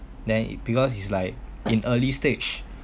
then it because is like in early stage